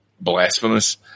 blasphemous